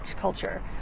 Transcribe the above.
culture